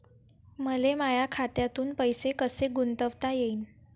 मले माया खात्यातून पैसे कसे गुंतवता येईन?